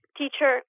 teacher